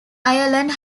ireland